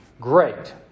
great